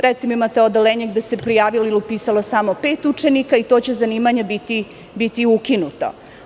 Recimo, imate odeljenje gde se prijavilo ili upisalo samo pet učenika i to će zanimanje biti ukinuto.